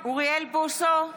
אוריאל בוסו,